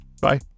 Bye